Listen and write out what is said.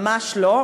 שממש לא,